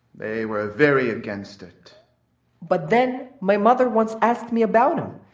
they were very against it but then my mother once asked me about him.